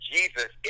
Jesus